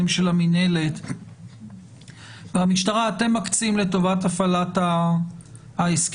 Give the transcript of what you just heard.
של המִנהלת והמשטרה אתם מקצים לטובת הפעלת ההסכמון.